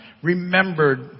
Remembered